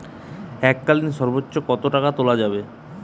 এককালীন সর্বোচ্চ কত টাকা তোলা যাবে?